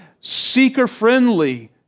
seeker-friendly